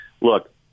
Look